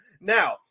Now